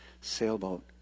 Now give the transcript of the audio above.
sailboat